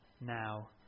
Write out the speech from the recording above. now